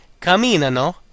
camminano